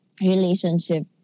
relationship